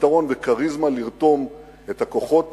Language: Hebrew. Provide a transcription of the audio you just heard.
הפתרון וכריזמה לרתום את הכוחות